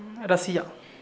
Russia